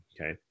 okay